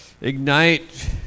ignite